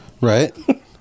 right